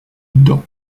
dents